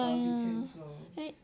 err utensils